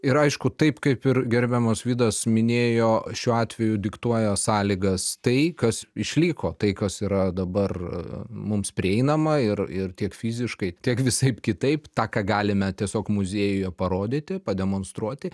ir aišku taip kaip ir gerbiamas vydas minėjo šiuo atveju diktuoja sąlygas tai kas išliko tai kas yra dabar mums prieinama ir ir tiek fiziškai tiek visaip kitaip tą ką galime tiesiog muziejuje parodyti pademonstruoti